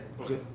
Okay